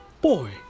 Boy